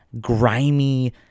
grimy